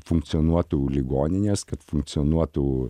funkcionuotų ligoninės kad funkcionuotų